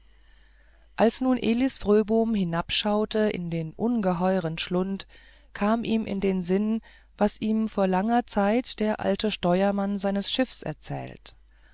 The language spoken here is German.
als nun elis fröbom hinabschaute in den ungeheueren schlund kam ihm in den sinn was ihm vor langer zeit der alte steuermann seines schiffs erzählt